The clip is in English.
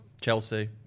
Chelsea